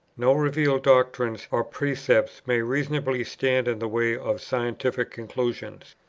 no revealed doctrines or precepts may reasonably stand in the way of scientific conclusions.